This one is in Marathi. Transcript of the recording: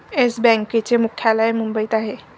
येस बँकेचे मुख्यालय मुंबईत आहे